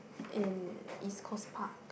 in East-Coast-Park